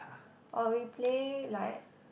or we play like